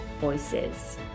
voices